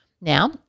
Now